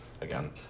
again